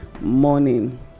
morning